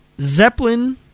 Zeppelin